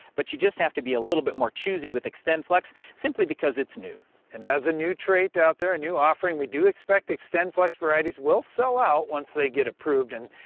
but you just have to be a little bit more choosy with xtendflex simply because its new. d and as a new trait out there a new offering we do expect xtendflex varieties will sell out once they get approved and,